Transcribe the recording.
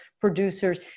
producers